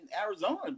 Arizona